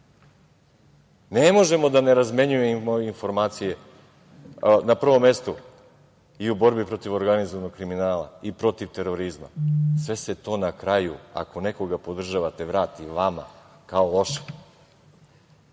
Ne možemo da ne razmenjujemo informacije, na prvom mestu, i u borbi protiv organizovanog kriminala i protiv terorizma. Sve se to na kraju, ako nekog podržavate, vrati vama kao